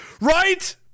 Right